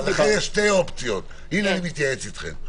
לכן יש שתי אופציות הינה, אני מתייעץ אתכם.